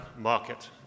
market